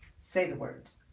say the words'.